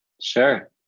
Sure